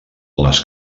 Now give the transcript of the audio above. les